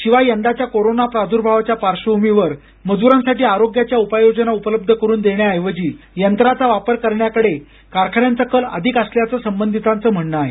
शिवाय यंदाच्या कोरोना प्रादुर्भावाच्या पार्श्वभूमीवर मजुरांसाठी आरोग्याच्या उपाय योजना उपलब्ध करून देण्याऐवजी यंत्राचा वापर करण्याकडे कारखान्यांचा कल असल्याचं संबंधितांचं म्हणणं आहे